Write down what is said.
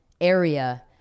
Area